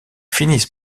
finissent